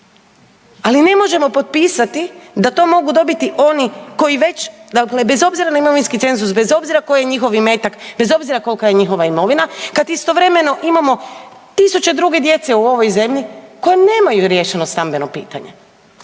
ali ne možemo potpisati da to mogu dobiti oni koji već, dakle bez obzira na imovinski cenzus, bez obzira koji je imetak, bez obzira kolika je njihova imovina kad istovremeno imamo tisuće druge djece u ovoj zemlji koja nemaju riješeno stambeno pitanje.